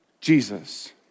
Jesus